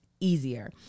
easier